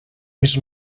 més